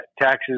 taxes